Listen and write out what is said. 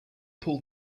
pull